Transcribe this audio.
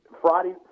Friday